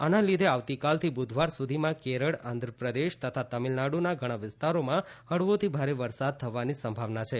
આ ના લીધે આવતીકાલથી બુધવાર સુધીમાં કેરળ આંધ્રપ્રદેશ તથા તમીલનાડ઼ના ઘણા વિસ્તારોમાં હળવોથી ભારે વરસાદ થવાની સંભાવના છે